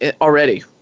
already